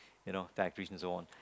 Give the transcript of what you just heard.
you know and so on